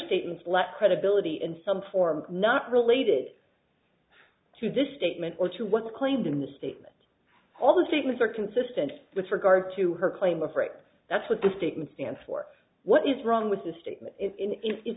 statements left credibility in some form not related to this statement or to what's claimed in the statement all the statements are consistent with regard to her claim of rape that's what the statement stands for what is wrong with the st